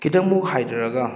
ꯈꯤꯇꯪ ꯑꯃꯨꯛ ꯍꯥꯏꯊꯔꯒ